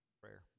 prayer